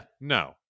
No